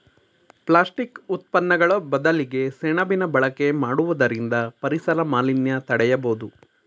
plastic ಉತ್ಪನ್ನಗಳು ಬದಲಿಗೆ ಸೆಣಬಿನ ಬಳಕೆ ಮಾಡುವುದರಿಂದ ಪರಿಸರ ಮಾಲಿನ್ಯ ತಡೆಯಬೋದು